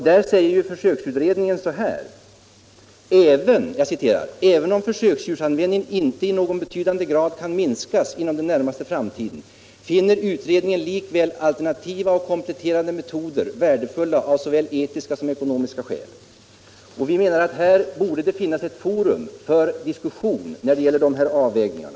Försöksdjursutredningen säger: ”Även om försöksdjursanvändning inte i någon betydande grad kan minskas inom den närmaste framtiden finner utredningen likväl alternativa och kompletterande metoder värdefulla av såväl etiska som ekonomiska skäl.” Det borde finnas ett forum för att diskutera dessa avvägningar.